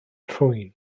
nhrwyn